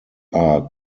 are